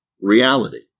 reality